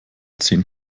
zehn